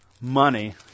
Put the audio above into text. money